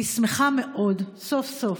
אני שמחה מאוד, סוף-סוף,